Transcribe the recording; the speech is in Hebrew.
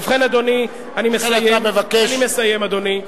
ובכן, אדוני, אני מסיים, אדוני.